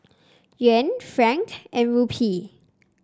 Yuan franc and Rupee